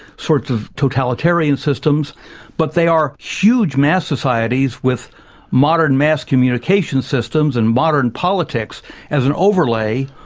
sorts of totalitarian systems but they are huge mass societies with modern mass communication systems and modern politics as an overlay,